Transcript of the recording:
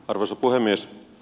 arvoisa puhemies